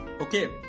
Okay